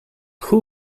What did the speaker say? who